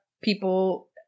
people